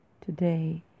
today